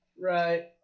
Right